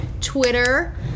Twitter